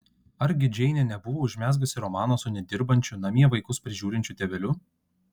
argi džeinė nebuvo užmezgusi romano su nedirbančiu namie vaikus prižiūrinčiu tėveliu